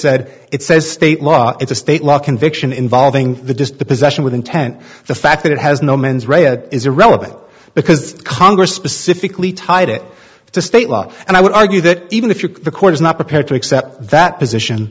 said it says state law it's a state law conviction involving the just the possession with intent the fact that it has no mens rea it is irrelevant because congress specifically tied it to state law and i would argue that even if you the court is not prepared to accept that position